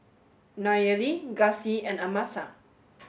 Nayeli Gussie and Amasa